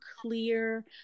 clear